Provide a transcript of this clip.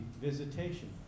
visitation